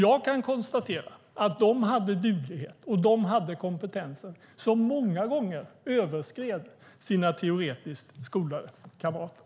Jag kan konstatera att de hade en duglighet och kompetens som många gånger överskred de teoretiskt skolade kamraternas.